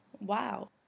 Wow